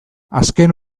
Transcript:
azken